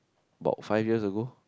bought five years ago